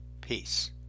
Peace